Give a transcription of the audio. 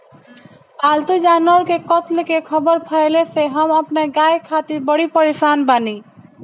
पाल्तु जानवर के कत्ल के ख़बर फैले से हम अपना गाय खातिर बड़ी परेशान बानी